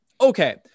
Okay